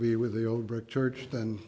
be with the old brick church th